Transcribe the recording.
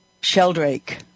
Sheldrake